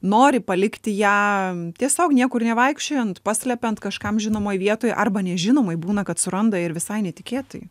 nori palikti ją tiesiog niekur nevaikščiojant paslepiant kažkam žinomoj vietoj arba nežinomoj būna kad suranda ir visai netikėtai